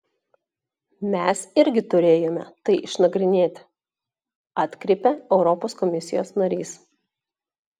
mes irgi turėjome tai išnagrinėti atkreipė europos komisijos narys